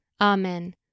Amen